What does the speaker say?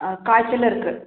ஆ காய்ச்சலும் இருக்குது